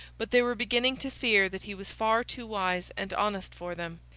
but they were beginning to fear that he was far too wise and honest for them.